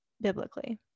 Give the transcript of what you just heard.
biblically